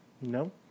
No